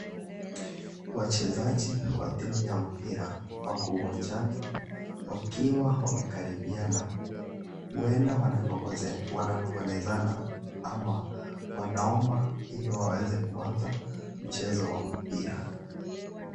Wachezaji wa timu ya mpira wako uwanjani wakiwa wamekaribiana, huenda wananongonezana ama wanaomba ili waweze kuanza mchezo wa mpira.